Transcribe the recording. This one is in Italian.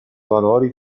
valori